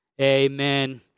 Amen